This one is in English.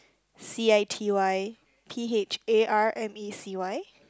C_I_T_Y P_H_A_R_M_C_Y